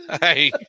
Hey